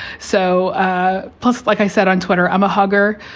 so ah plus, like i said on twitter, i'm a hugger.